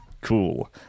Cool